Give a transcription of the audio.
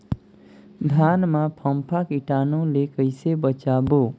धान मां फम्फा कीटाणु ले कइसे बचाबो?